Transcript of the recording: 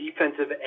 defensive